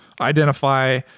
Identify